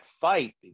fight